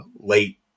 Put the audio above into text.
late